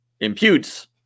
imputes